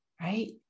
Right